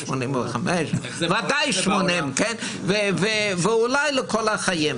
85. ודאי 80. ואולי לכל החיים.